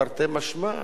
תרתי משמע,